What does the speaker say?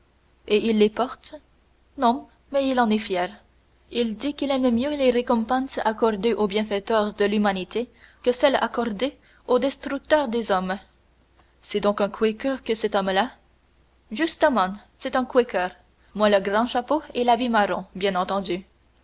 et il les porte non mais il en est fier il dit qu'il aime mieux les récompenses accordées aux bienfaiteurs de l'humanité que celles accordées aux destructeurs des hommes c'est donc un quaker que cet homme-là justement c'est un quaker moins le grand chapeau et l'habit marron bien entendu